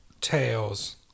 Tails